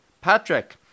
Patrick